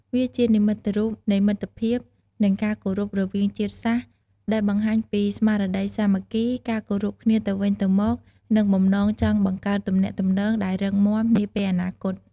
វាជានិមិត្តរូបនៃមិត្តភាព និងការគោរពរវាងជាតិសាសន៍ ដែលបង្ហាញពីស្មារតីសាមគ្គី ការគោរពគ្នាទៅវិញទៅមក និងបំណងចង់បង្កើតទំនាក់ទំនងដែលរឹងមាំនាពេលអនាគត។